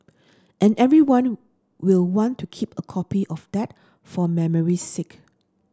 and everyone will want to keep a copy of that for memory's sake